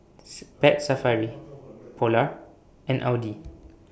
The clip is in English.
Pet Safari Polar and Audi